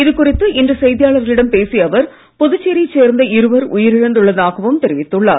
இதுகுறித்து இன்று செய்தியாளர்களிடம் பேசிய அவர் புதுச்சேரியை சேர்ந்த இருவர் உயிரிழந்துள்ளதாகவும் தெரிவித்துள்ளார்